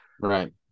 Right